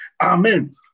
Amen